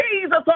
Jesus